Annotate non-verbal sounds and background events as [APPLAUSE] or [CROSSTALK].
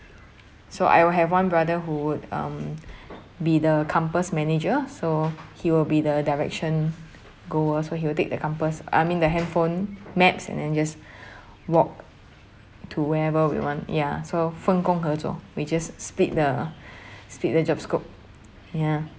so I will have one brother who would um be the compass manager so he will be the direction goers where he will take the compass I mean the handphone maps and then just walk to wherever we want ya so we just split the [BREATH] split the job scope ya